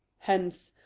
hence!